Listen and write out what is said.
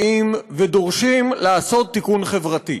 באים ודורשים לעשות תיקון חברתי: